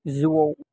जिउआव